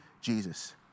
Jesus